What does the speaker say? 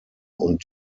und